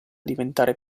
diventare